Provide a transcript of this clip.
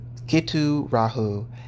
Ketu-Rahu